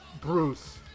Bruce